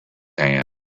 hand